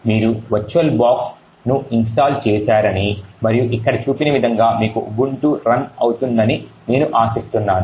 మీరు వర్చువల్ బాక్స్ను ఇన్స్టాల్ చేశారని మరియు ఇక్కడ చూపిన విధంగా మీకు ఉబుంటు రన్ అవుతుందని నేను ఆశిస్తున్నాను